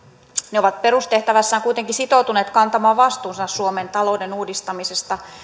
ne ovat perustehtävässään kuitenkin sitoutuneet kantamaan vastuunsa suomen talouden uudistamisesta